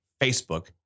Facebook